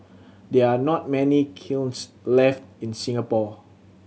there are not many kilns left in Singapore